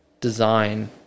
design